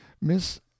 Miss